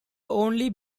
only